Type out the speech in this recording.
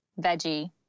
veggie